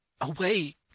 awake